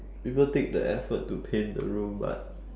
people take the effort to paint the room but